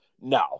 No